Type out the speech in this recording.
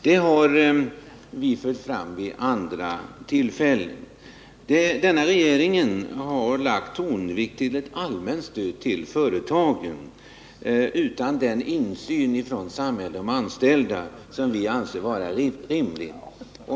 Det har vi fört fram vid andra tillfällen. Denna regering har lagt tonvikten vid ett allmänt stöd till företagen utan den insyn från samhälle och anställda som vi anser vara rimlig.